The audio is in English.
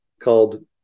called